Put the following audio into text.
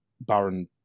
Baron